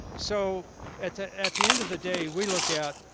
so at the at the end of the day we look at,